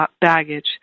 baggage